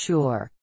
Sure